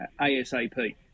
ASAP